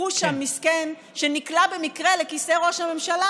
חושם מסכן שנקלע במקרה לכיסא ראש הממשלה,